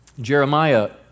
Jeremiah